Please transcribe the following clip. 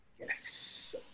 Yes